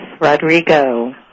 Rodrigo